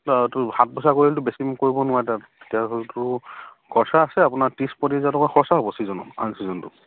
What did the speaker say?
খৰচা আছে আপোনাৰ হাজাৰ টকা খৰচা হ'ব ছিজন আন ছিজনটো